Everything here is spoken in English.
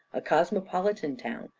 a cosmopolitan town,